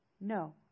No